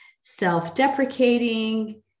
self-deprecating